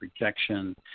rejection